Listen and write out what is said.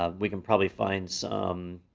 um we can probably find some,